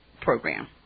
program